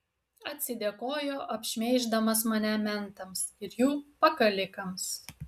atsidėkojo apšmeiždamas mane mentams ir jų pakalikams